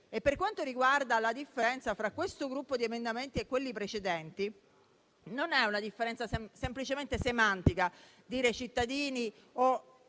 Per quanto riguarda la differenza fra questo gruppo di emendamenti e quelli precedenti, non è una differenza semplicemente semantica dire "cittadini" o